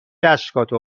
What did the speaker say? اشکاتو